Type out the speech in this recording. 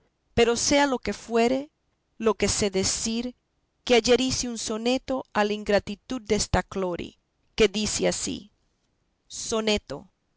pero sea lo que fuere lo que sé decir que ayer hice un soneto a la ingratitud desta clori que dice ansí soneto